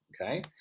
okay